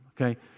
okay